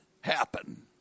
happen